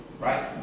right